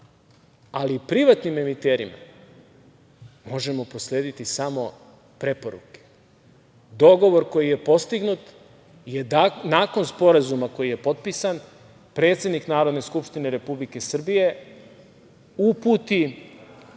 Ali, privatnim emiterima možemo proslediti samo preporuke. Dogovor koji je postignut je da nakon sporazuma koji je potpisan predsednik Narodne skupštine uputi poziv